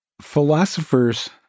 philosophers